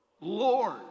Lord